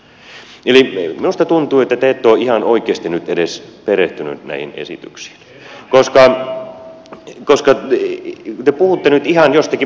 minusta tuntuu että te ette ole ihan oikeasti nyt edes perehtyneet näihin esityksiin koska te puhutte nyt ihan jostakin muusta